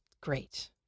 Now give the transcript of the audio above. great